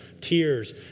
tears